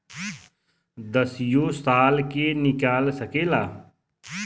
दसियो साल के निकाल सकेला